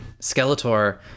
Skeletor